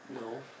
No